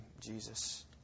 Jesus